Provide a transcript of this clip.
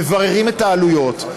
מבררים את העלויות,